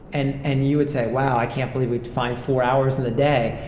and and you would say, wow, i can't believe we'd fine four hours in the day.